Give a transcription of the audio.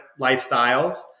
lifestyles